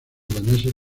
daneses